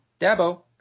Dabo